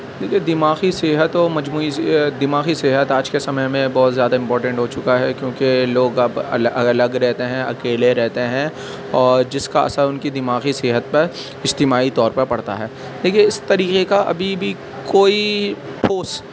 کیونکہ دماخی صحت اور مجموعی دماغی صحت آج کے سمے میں بہت زیادہ امپارٹنٹ ہو چکا ہے کیونکہ لوگ اب الگ رہتے ہیں اکیلے رہتے ہیں اور جس کا اثر ان کی دماغی صحت پر اجتماعی طور پر پڑتا ہے دیکھیے اس طریقے کا ابھی بھی کوئی ٹھوس